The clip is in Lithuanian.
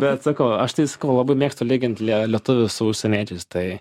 bet sakau aš tai sakau labai mėgstu lygint lietuvius su užsieniečiais tai